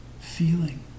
Feeling